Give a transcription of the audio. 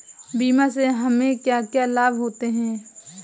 बीमा से हमे क्या क्या लाभ होते हैं?